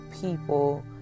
people